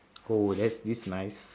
oh that is nice